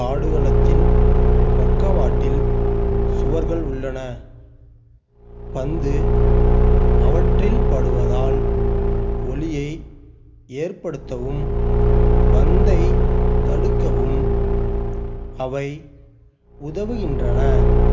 ஆடுகளத்தின் பக்கவாட்டில் சுவர்கள் உள்ளன பந்து அவற்றில் படுவதால் ஒலியை ஏற்படுத்தவும் பந்தை தடுக்கவும் அவை உதவுகின்றன